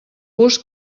bus